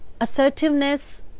assertiveness